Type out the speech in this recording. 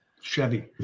Chevy